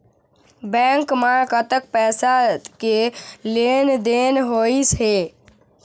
Bank म कतक पैसा के लेन देन होइस हे?